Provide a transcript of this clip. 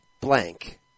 blank